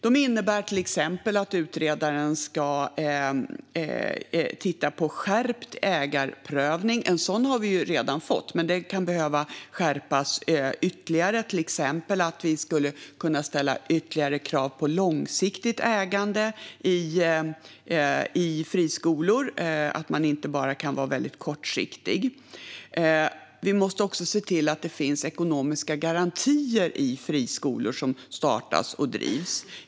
De innebär till exempel att utredaren ska titta på skärpt ägarprövning. En sådan har vi redan fått, men den kan behöva skärpas ytterligare. Exempelvis skulle vi kunna ställa ytterligare krav på långsiktigt ägande av friskolor, så att man inte kan vara väldigt kortsiktig. Vi måste också se till att det finns ekonomiska garantier för friskolor som startas och drivs.